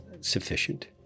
sufficient